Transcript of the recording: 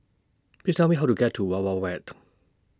Please Tell Me How to get to Wild Wild Wet